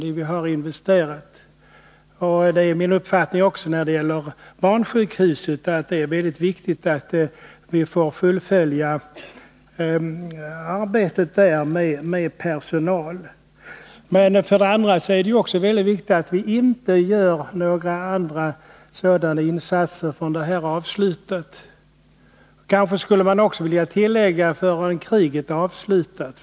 Det är för det första min uppfattning att det är mycket angeläget att vi också vid barnsjukhuset fullföljer arbetet med att utbilda personal. För det andra är det mycket viktigt att vi inte gör några andra insatser av denna typ förrän dessa är avslutade. Jag vill också tillägga att vi inte bör göra det förrän kriget är avslutat.